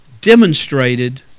demonstrated